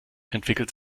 entwickelt